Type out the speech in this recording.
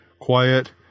quiet